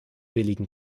billigen